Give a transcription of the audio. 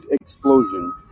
explosion